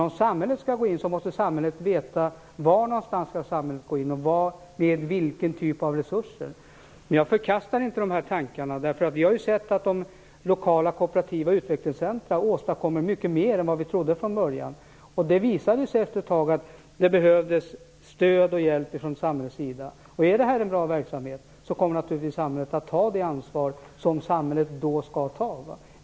Om samhället skall gå in måste man veta var och med vilka resurser man skall gå in. Men jag förkastar inte dessa tankar. Vi har ju sett att de lokala och kooperativa utvecklingscentrumen åstadkommer mycket mer än vi trodde från början. Det visade sig efter ett tag att det behövdes stöd och hjälp från samhällets sida. Om det här är en bra verksamhet kommer naturligtvis samhället att ta det ansvar som samhället då skall ta.